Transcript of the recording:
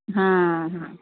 हां हां